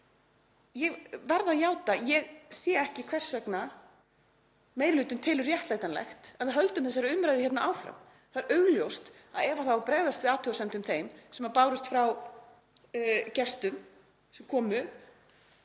Ég verð að játa að ég sé ekki hvers vegna meiri hlutinn telur réttlætanlegt að við höldum þessari umræðu hérna áfram. Það er augljóst að ef það á að bregðast við athugasemdum þeim sem bárust frá gestum sem komu